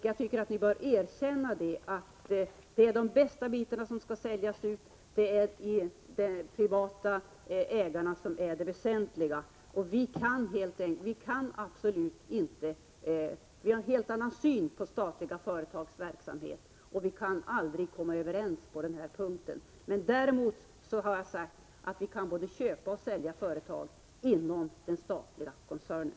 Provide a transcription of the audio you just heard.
Jag tycker att ni bör erkänna att det är de bästa bitarna som skall säljas ut. Det är de privata ägarna som är det väsentliga. Vi har en helt annan syn på statlig företagsverksamhet, och vi kan aldrig komma överens med er på den här punkten. Däremot har jag sagt att vi kan både köpa och sälja företag inom den statliga koncernen.